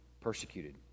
persecuted